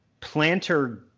planter